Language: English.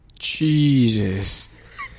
Jesus